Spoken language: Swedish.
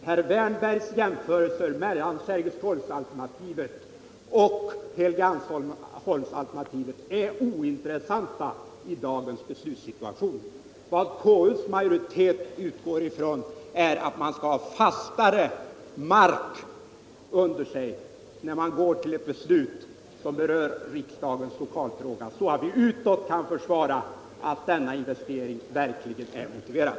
Herr Wärnbergs jämförelser mellan Sergelstorgsalternativet och Helgeandsholmsalternativet är ointressanta i dagens beslutssituation. Vad konstitutionsutskottets majoritet utgår ifrån är att man skall ha fastare mark under fötterna när man går till ett beslut som berör riksdagens lokalfråga, så att man utåt kan visa att denna investering verkligen är motiverad.